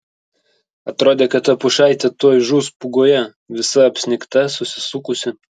atrodė kad ta pušaitė tuoj žus pūgoje visa apsnigta susisukusi